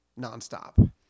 Nonstop